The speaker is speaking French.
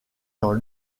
dans